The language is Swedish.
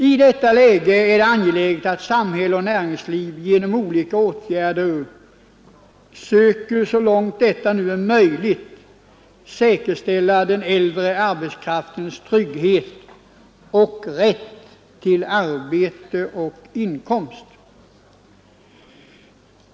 I detta läge är det angeläget att samhälle och näringsliv genom olika åtgärder söker, så långt detta nu är möjligt, säkerställa den äldre arbetskraftens trygghet och rätt till arbete och inkomst.